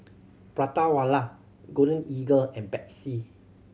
Prata Wala Golden Eagle and Betsy